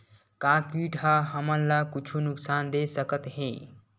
का कीट ह हमन ला कुछु नुकसान दे सकत हे?